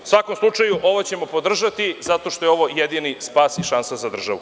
U svakom slučaju, ovo ćemo podržati zato što je ovo jedini spas i šansa za državu.